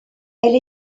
elle